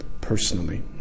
personally